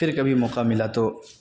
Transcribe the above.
پھر کبھی موقع ملا تو